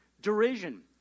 derision